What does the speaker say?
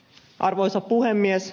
arvoisa puhemies